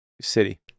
city